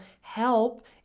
help